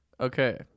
Okay